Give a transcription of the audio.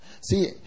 See